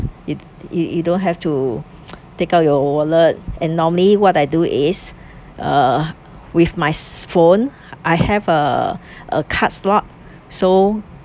you you you don't have to take out your wallet and normally what I do is uh with my s~ phone I have uh a card slot so